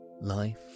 life